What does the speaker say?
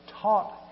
taught